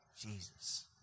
Jesus